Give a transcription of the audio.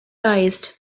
based